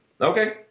okay